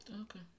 Okay